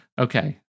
Okay